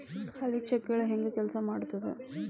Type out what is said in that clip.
ಖಾಲಿ ಚೆಕ್ಗಳ ಹೆಂಗ ಕೆಲ್ಸಾ ಮಾಡತದ?